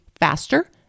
faster